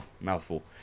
mouthful